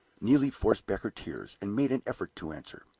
neelie forced back her tears, and made an effort to answer.